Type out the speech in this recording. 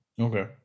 Okay